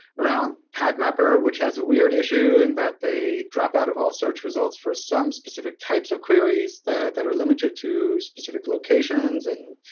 around padmapper, which has a weird issue in that they drop out of all search results for some specific types of queries that that are limited to specific locations. and